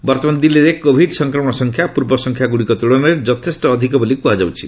ବର୍ତ୍ତମାନ ଦିଲ୍ଲୀରେ କୋଭିଡ୍ ସଂକ୍ରମଣ ସଂଖ୍ୟା ପୂର୍ବ ସଂଖ୍ୟା ଗୁଡ଼ିକ ତୁଳନାରେ ଯଥେଷ୍ଟ ଅଧିକ ବୋଲି କୁହାଯାଉଛି